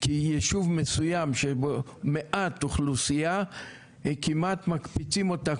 כי יישוב מסוים עם מעט אוכלוסייה מקפיצים אותם